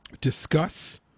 discuss